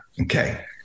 Okay